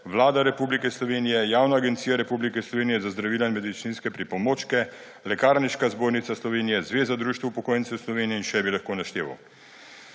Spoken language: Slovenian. Vlada Republike Slovenije, Javna agencije Republike Slovenije za zdravila in medicinske pripomočke, Lekarniška zbornica Slovenije, Zveza društev upokojencev Slovenije in še bi lahko našteval.